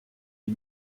die